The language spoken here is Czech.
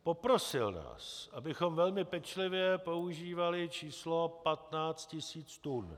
Poprosil nás, abychom velmi pečlivě používali číslo 15 tisíc tun.